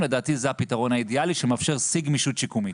לדעתי זה הפתרון האידיאלי שמאפשר שיא גמישות שיקומית.